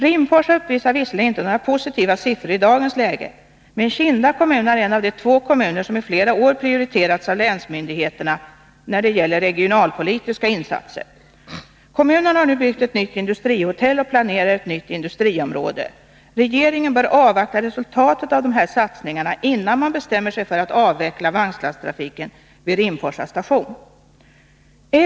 Rimforsa uppvisar visserligen inte några positiva siffror i dagens läge, men Kinda kommun är en av de två kommuner som i flera år prioriterats av länsmyndigheterna när det gäller regionalpolitiska insatser. Kommunen har nu byggt ett nytt industrihotell och planerar ett nytt industriområde. Regeringen bör avvakta resultatet av dessa satsningar innan man bestämmer sig för att avveckla vagnslasttrafiken vid Rimforsa station.